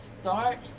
start